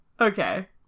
Okay